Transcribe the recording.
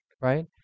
right